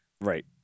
Right